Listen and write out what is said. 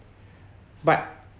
but